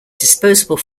disposable